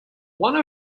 one